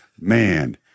man